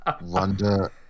Wonder